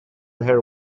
her